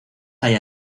allá